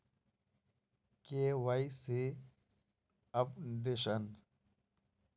KYC updation?